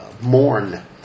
mourn